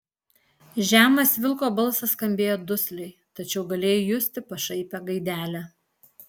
žemas vilko balsas skambėjo dusliai tačiau galėjai justi pašaipią gaidelę